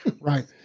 Right